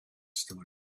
story